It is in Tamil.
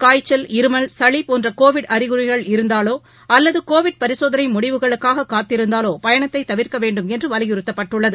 காய்ச்சல் இருமல் சளி போன்ற கோவிட் அறிகுறிகள் இருந்தாலோ அல்லது கோவிட் பரிசோதளை முடிவுகளுக்காக காத்திருந்தாலோ பயணத்தை தவிர்க்க வேண்டும் என்று வலியுறுத்தப்பட்டுள்ளது